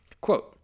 Quote